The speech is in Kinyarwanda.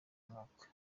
mwaka